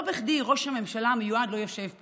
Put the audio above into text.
לא בכדי ראש הממשלה המיועד לא יושב פה,